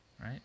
right